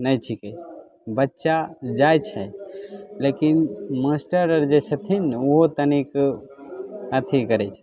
नहि छिकै बच्चा जाए छै लेकिन मास्टर आर जे छथिन ने ओ तनीक अथी करैत छथिन